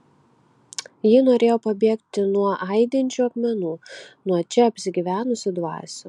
ji norėjo pabėgti nuo aidinčių akmenų nuo čia apsigyvenusių dvasių